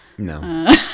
No